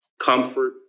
comfort